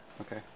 Okay